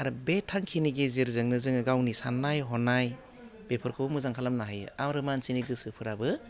आरो बे थांखिनि गेजेरजोंनो जोङो गावनि सान्नाय हनाय बेफोरखौ मोजां खालामनो हायो आरो मानसिनि गोसोफोराबो